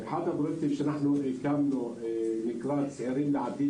אחד הפרויקטים שהקמנו נקרא צעירים לעתיד,